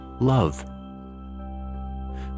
love